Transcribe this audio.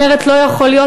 אומרת: לא יכול להיות,